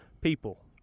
people